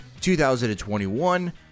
2021